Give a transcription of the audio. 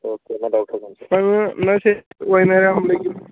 അപ്പം എന്നാൽ ശരി വൈകുന്നേരം ആകുമ്പോളേക്കും